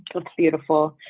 look beautiful.